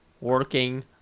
working